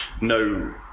no